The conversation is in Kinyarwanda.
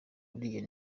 uriya